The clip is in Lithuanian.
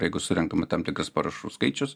jeigu surenkama tam tikras parašų skaičius